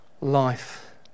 life